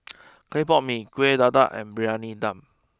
Clay Pot Mee Kueh Dadar and Briyani Dum